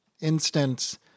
instance